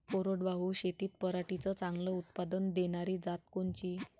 कोरडवाहू शेतीत पराटीचं चांगलं उत्पादन देनारी जात कोनची?